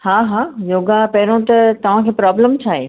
हा हा योगा पहिरियों त तव्हां खे प्रोबलम छा आहे